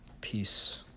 Peace